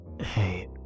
Hey